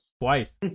twice